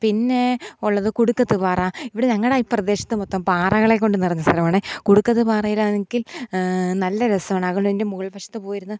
പിന്നേ ഉള്ളത് കുടുക്കത്ത് പാറ ഇവിടെ ഞങ്ങളുടെ ഈ പ്രദേശത്ത് മൊത്തം പാറകളെ കൊണ്ടു നിറഞ്ഞ സ്ഥലമാണേ കുടുക്കത്ത് പാറയിലാണെങ്കിൽ നല്ല രസമാണ് ആ കുന്നിൻ്റെ മുകൾവശത്ത് പോയിരുന്നു